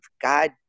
God